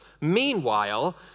meanwhile